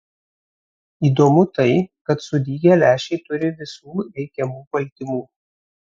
įdomu tai kad sudygę lęšiai turi visų reikiamų baltymų